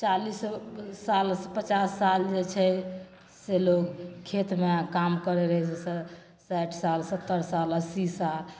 चालिस साल से पचास साल जे छै से लोग खेतमे काम करै रहै जै सँ साठि साल सत्तर साल अस्सी साल